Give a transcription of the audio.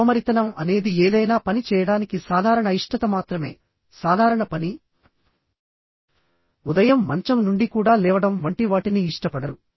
సోమరితనం అనేది ఏదైనా పని చేయడానికి సాధారణ అయిష్టత మాత్రమే సాధారణ పని ఉదయం మంచం నుండి కూడా లేవడం వంటి వాటిని ఇష్టపడరు